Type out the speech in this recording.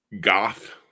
goth